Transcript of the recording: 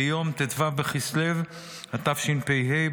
ביום ט"ו בכסלו התשפ"ה,